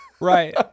Right